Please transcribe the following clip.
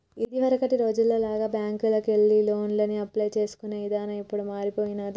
ఇదివరకటి రోజుల్లో లాగా బ్యేంకుకెళ్లి లోనుకి అప్లై చేసుకునే ఇదానం ఇప్పుడు మారిపొయ్యినాది